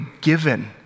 given